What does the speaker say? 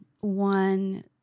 one